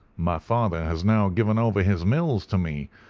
my father has now given over his mills to me,